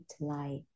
light